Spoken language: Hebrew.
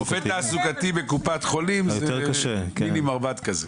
רופא תעסוקתי בקופת חולים זה מיני מרב"ד כזה.